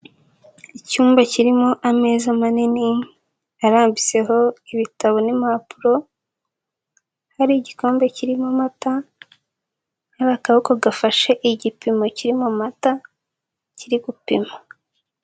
Icyumba kirimo ameza manini arambitseho ibitabo n'impapuro, hari igikombe kirimo amata, hari akaboko gafashe igipimo kiri mu mata, kiri gupima.